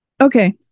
Okay